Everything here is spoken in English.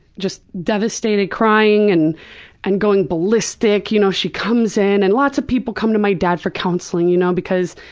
just devastated, crying, and and going ballistic. you know she comes in, and lots of people come to my dad for counseling you know because,